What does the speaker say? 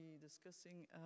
discussing